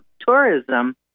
tourism